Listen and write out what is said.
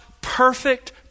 perfect